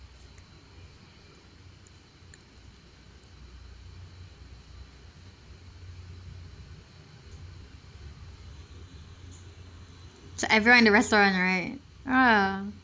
so everyone in the restaurant right !wah!